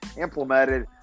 implemented